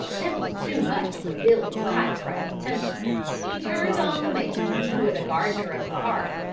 this was too much for billy's pie-crust temper he turned on the man, who was gardener of the park,